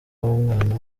w’umwana